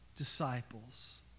disciples